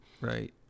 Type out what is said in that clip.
right